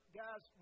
guys